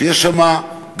שיש שם גדרות,